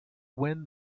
win